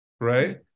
right